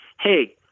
hey